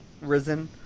risen